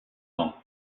ans